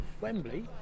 Wembley